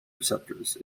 receptors